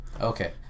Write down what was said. Okay